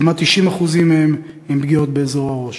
כמעט 90% מהם עם פגיעות באזור הראש.